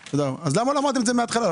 אז למה לא אמרתם את זה מההתחלה?